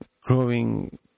growing